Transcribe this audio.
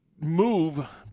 move